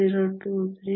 023 x 1023